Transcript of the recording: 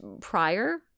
prior